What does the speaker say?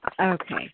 Okay